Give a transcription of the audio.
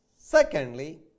Secondly